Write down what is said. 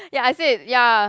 ya I said ya